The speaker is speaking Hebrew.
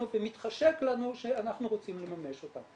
ומתחשק לנו שאנחנו רוצים לממש אותם.